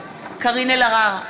אלהרר,